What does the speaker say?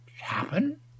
happen